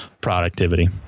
productivity